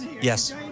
Yes